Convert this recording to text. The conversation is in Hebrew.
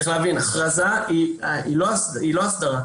צריך להבין, הכרזה היא לא הסדרה.